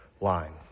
line